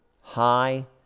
high